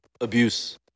abuse